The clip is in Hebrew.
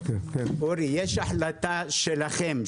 כרגע יש החלטה שלכם,